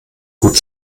gut